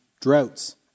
droughts